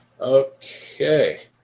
Okay